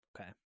okay